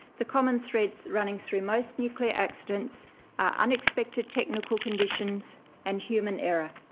the common threads running through most nuclear accidents are unexpected technical conditions and human error.